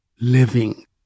Living